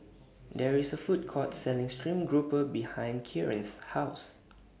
There IS A Food Court Selling Stream Grouper behind Kieran's House